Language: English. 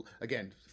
again